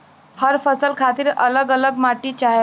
हर फसल खातिर अल्लग अल्लग माटी चाहेला